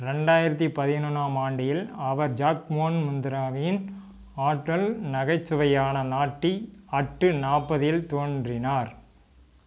ரெண்டாயிரத்து பதினொன்றாம் ஆண்டியில் அவர் ஜக்மோகன் முந்த்ராவின் ஆற்றல் நகைச்சுவையான நாட்டி அட்டு நாற்பதில் தோன்றினார்